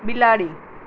બિલાડી